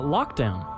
Lockdown